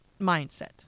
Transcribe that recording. mindset